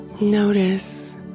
Notice